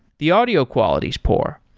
the audio quality is poor.